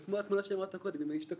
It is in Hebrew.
זה כמו שהתמונה שאמרת קודם עם ההשתקפות.